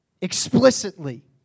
explicitly